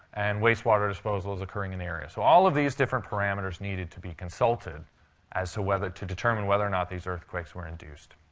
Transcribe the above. and wastewater disposal is occurring in the area. so all of these different parameters needed to be consulted as to whether to determine whether or not these earthquakes were induced.